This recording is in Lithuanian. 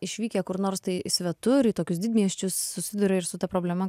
išvykę kur nors tai svetur į tokius didmiesčius susiduria ir su ta problema